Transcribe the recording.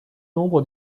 nombre